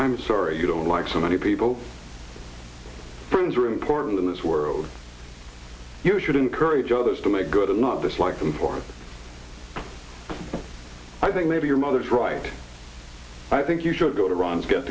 i'm sorry you don't like so many people friends are important in this world you should encourage others to make good and not dislike them for i think maybe your mother is right i think you should go to ron's get